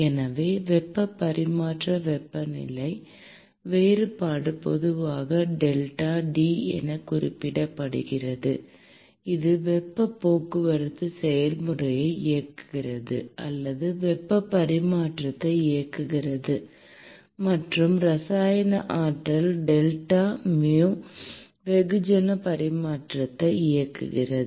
எனவே வெப்ப பரிமாற்ற வெப்பநிலை வேறுபாடு பொதுவாக டெல்டா டி என குறிப்பிடப்படுகிறது இது வெப்பப் போக்குவரத்து செயல்முறையை இயக்குகிறது அல்லது வெப்ப பரிமாற்றத்தை இயக்குகிறது மற்றும் இரசாயன ஆற்றல் டெல்டா மு வெகுஜன பரிமாற்றத்தை இயக்குகிறது